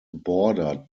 bordered